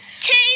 Two